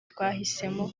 twahisemo